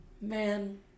Man